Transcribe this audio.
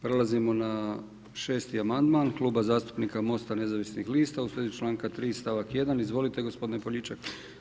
Prelazimo na 6. amandman Kluba zastupnika Mosta nezavisnih lista u svezi članka 3. stavak 1. Izvolite gospodine Poljičak.